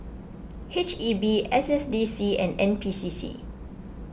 H E B S S D C and N P C C